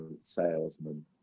salesman